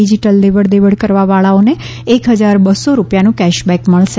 digital લેવડદેવડ કરવાવાળાઓને એક હજાર બસો રૂપિયાનું કેશબેક મળશે